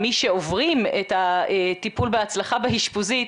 אלה שעוברים את הטיפול בהצלחה באשפוזית,